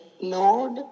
Lord